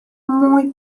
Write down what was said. muy